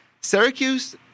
Syracuse